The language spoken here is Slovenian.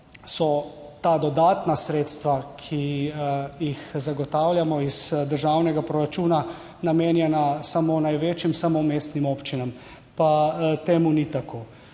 so ta dodatna sredstva, ki jih zagotavljamo iz državnega proračuna, namenjena samo največjim, samo mestnim občinam, pa to ni tako.